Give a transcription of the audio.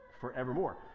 forevermore